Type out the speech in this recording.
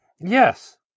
yes